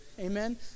amen